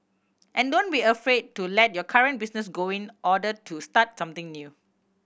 and don't be afraid to let your current business go in order to start something new